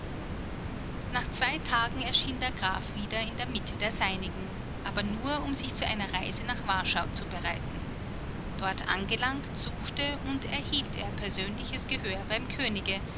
nach zwei tagen erschien der graf wieder in der mitte der seinigen aber nur um sich zu einer reise nach warschau zu bereiten dort angelangt suchte und erhielt er persönliches gehör beim könige